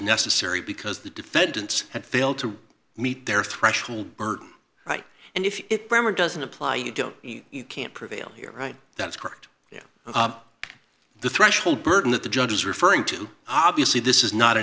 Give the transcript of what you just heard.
necessary because the defendants had failed to meet their threshold burden right and if it doesn't apply you don't you can't prevail here right that's correct yeah the threshold burden that the judge is referring to obviously this is not an